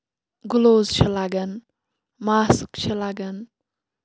gloves چھُ لَگان mask چھِ لَگان